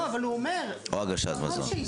או הגשת מזון.